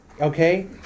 okay